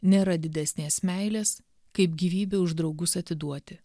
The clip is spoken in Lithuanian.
nėra didesnės meilės kaip gyvybę už draugus atiduoti